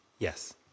Yes